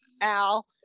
Al